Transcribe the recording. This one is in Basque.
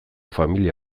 familia